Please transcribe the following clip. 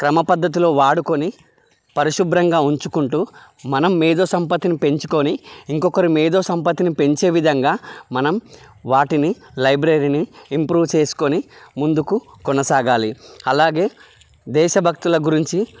క్రమపద్దతిలో వాడుకొని పరిశుభ్రంగా ఉంచుకుంటూ మనం మేధోసంపత్తిని పెంచుకొని ఇంకొకరి మేధోసంపత్తిని పెంచే విధంగా మనం వాటిని లైబ్రరీని ఇంప్రూవ్ చేసుకొని ముందుకు కొనసాగాలి అలాగే దేశభక్తుల గురించి